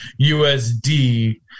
USD